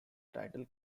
title